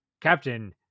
Captain